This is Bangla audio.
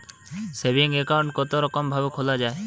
সেভিং একাউন্ট কতরকম ভাবে খোলা য়ায়?